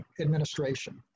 administration